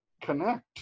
connect